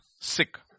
sick